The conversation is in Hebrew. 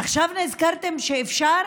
עכשיו נזכרתם שאפשר